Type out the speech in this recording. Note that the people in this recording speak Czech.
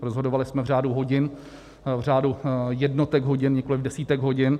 Rozhodovali jsme v řádu hodin, v řádu jednotek hodin, nikoliv desítek hodin.